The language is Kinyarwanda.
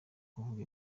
kuvuga